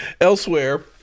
Elsewhere